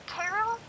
Carol